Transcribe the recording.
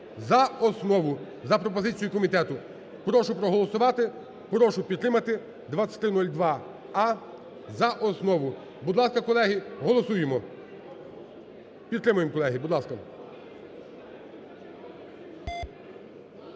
за основу за пропозицією комітету. Прошу проголосувати. Прошу підтримати 2302а за основу. Будь ласка, колеги, голосуємо. Підтримуємо, колеги, будь ласка.